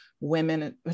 women